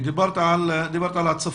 דיברת על הצפון.